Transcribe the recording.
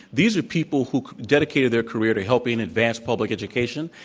these are people who dedicated their career to helping advance public education,